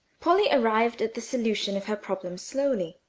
polly arrived at the solution of her problem slowly.